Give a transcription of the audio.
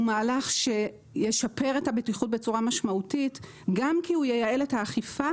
הוא מהלך שישפר את הבטיחות בצורה משמעותית גם כי הוא ייעל את האכיפה